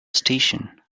station